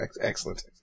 excellent